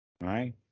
Right